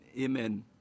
Amen